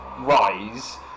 rise